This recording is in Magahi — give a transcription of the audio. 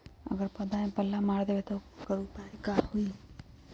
अगर पौधा में पल्ला मार देबे त औकर उपाय का होई?